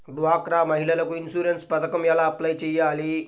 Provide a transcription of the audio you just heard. డ్వాక్రా మహిళలకు ఇన్సూరెన్స్ పథకం ఎలా అప్లై చెయ్యాలి?